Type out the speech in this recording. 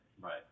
Right